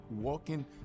walking